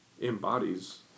embodies